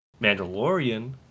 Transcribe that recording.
Mandalorian